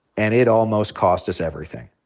and it almost cost us everything.